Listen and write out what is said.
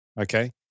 Okay